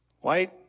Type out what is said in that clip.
white